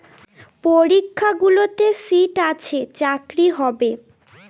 পরীক্ষাগুলোতে সিট আছে চাকরি হবে